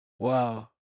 Wow